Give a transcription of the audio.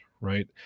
Right